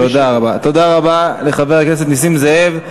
תודה רבה לחבר הכנסת נסים זאב.